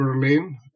Berlin